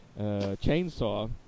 chainsaw